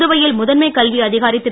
புதுவையில் முதன்மை கல்வி அதிகாரி திரு